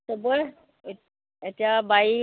সবৰে এ এতিয়া বাৰী